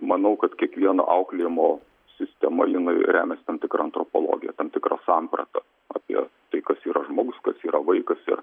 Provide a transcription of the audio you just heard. manau kad kiekvieno auklėjimo sistema jinai remiasi tam tikra antropologija tam tikra samprata apie tai kas yra žmogus kas yra vaikas ir